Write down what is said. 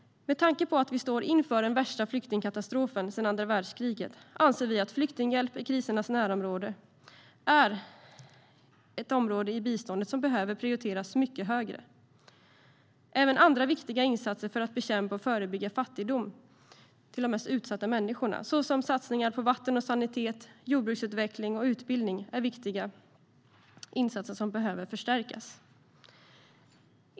Med tanke på att vi står inför den värsta flyktingkatastrofen sedan andra världskriget anser vi att flyktinghjälp i krisernas närområde är ett område i biståndet som behöver prioriteras mycket högre. Även andra viktiga insatser för att bekämpa och förebygga fattigdom för de mest utsatta människorna, såsom satsningar på vatten och sanitet, jordbruksutveckling och utbildning, är viktiga och behöver förstärkas.